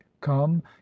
come